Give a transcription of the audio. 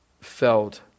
felt